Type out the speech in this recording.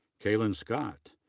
kailyn scott,